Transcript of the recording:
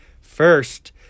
First